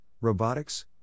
robotics